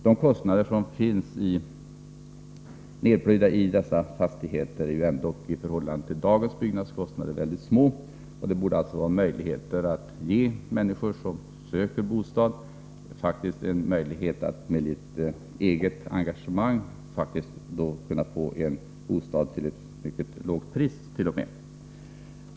De kostnader som är nedplöjda i dessa fastigheter är ändå, i förhållande till dagens byggnadskostnader, mycket små. Man borde alltså kunna ge människor som söker bostad möjlighet att med litet eget engagemang faktiskt få en bostad till ett mycket lågt pris.